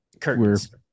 curtains